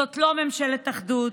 זאת לא ממשלת אחדות,